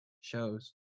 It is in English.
shows